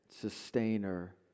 Sustainer